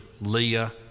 Leah